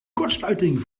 kortsluiting